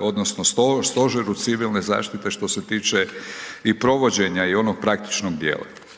odnosno Stožeru civilne zaštite što se tiče i provođenja i onog praktičnog dijela.